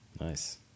Nice